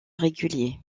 réguliers